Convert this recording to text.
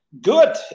Good